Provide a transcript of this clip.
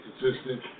consistent